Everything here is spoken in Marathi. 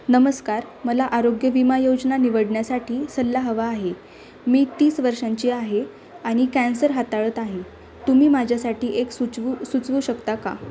नमस्कार मला आरोग्य विमा योजना निवडण्यासाठी सल्ला हवा आहे मी तीस वर्षांची आहे आणि कॅन्सर हाताळत आहे तुम्ही माझ्यासाठी एक सुचवू सुचवू शकता का